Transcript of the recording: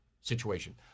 situation